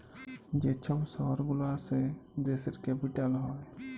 যে ছব শহর গুলা আসে দ্যাশের ক্যাপিটাল হ্যয়